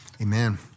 Amen